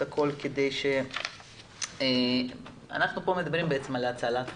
כי אנחנו פה בעצם מדברים על הצלת חיים.